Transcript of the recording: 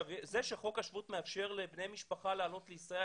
זה שחוק השבות מאפשר לבני משפחה לעלות לישראל,